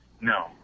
No